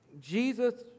Jesus